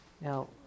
now